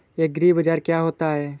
एग्रीबाजार क्या होता है?